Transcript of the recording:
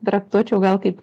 traktuočiau gal kaip